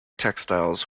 textiles